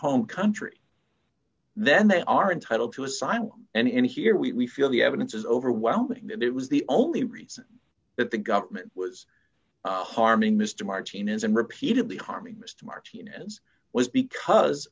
home country then they are entitled to asylum and here we feel the evidence is overwhelming that it was the only reason that the government was harming mr martinez and repeatedly harming mr martinez was because